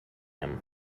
him